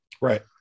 Right